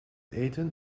eten